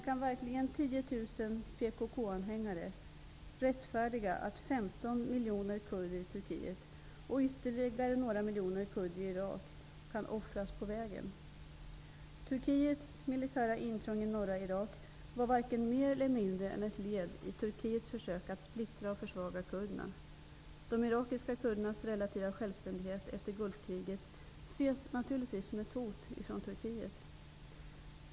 Kan verkligen 10 000 PKK-anhängare rättfärdiga att 15 miljoner kurder i Turkiet och ytterligare några miljoner kurder i Irak offras på vägen? Turkiets militära intrång i norra Irak är varken mer eller mindre ett led i Turkiets försök att splittra och försvaga kurderna. De irakiska kurdernas relativa självständighet efter Gulfkriget ses naturligtvis som ett hot av Turkiet.